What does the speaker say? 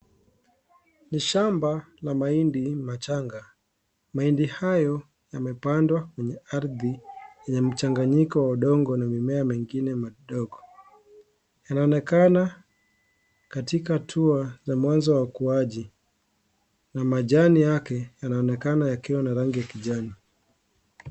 Ni shamba la mahindi machanga. Mahindi hayo yamepandwa kwenye ardhi yenye mchanganyiko wa udongo na mimea mengine madogo. Yanaonekana katika hatua ya mwanzo wa ukuaji, na majani yake yanaonekana yakiwa na rangi ya kijani.